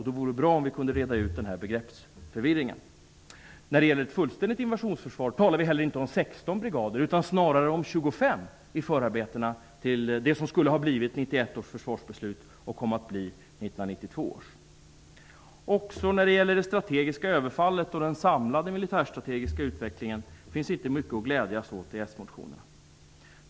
Det vore bra om vi kunde reda ut detta och slippa begreppsförvirringen här. När det gäller ett fullständigt invasionsförsvar talar vi inte om 16 brigader utan snarare om 25 i förarbetena till det som skulle ha blivit 1991 års försvarsbeslut men som kom att bli 1992 års försvarsbeslut. Inte heller när det gäller det strategiska överfallet och den samlade militärstrategiska utvecklingen finns det mycket att glädjas åt i fråga om Socialdemokraternas motioner.